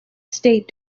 state